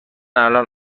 الان